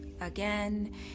Again